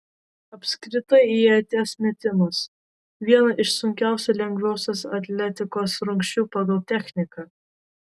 apskritai ieties metimas viena iš sunkiausių lengvosios atletikos rungčių pagal techniką